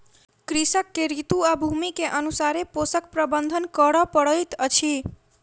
कृषक के ऋतू आ भूमि के अनुसारे पोषक प्रबंधन करअ पड़ैत अछि